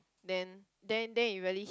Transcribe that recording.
then then then it really hit